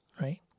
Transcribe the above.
right